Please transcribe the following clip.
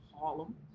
Harlem